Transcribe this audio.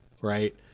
right